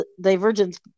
divergence